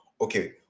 okay